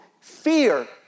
fear